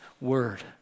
word